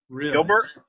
Gilbert